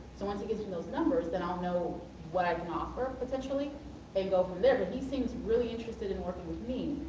so once he gets me those numbers then i'll know what i can offer potentially and then go from there. but he seems really interested in working with me.